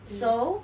so